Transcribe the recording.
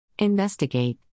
Investigate